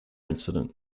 incident